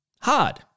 hard